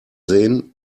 sehen